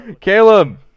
Caleb